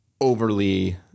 overly